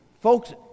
Folks